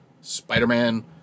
Spider-Man